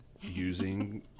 Using